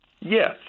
Yes